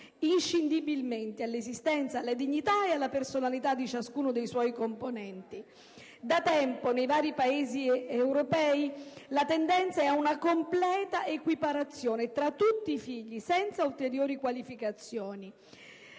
inscindibilmente all'esistenza, alla dignità e alla personalità di ciascuno dei suoi componenti. Da tempo nei vari Paesi europei la tendenza è a una completa equiparazione tra tutti i figli, senza ulteriori qualificazioni.